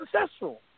successful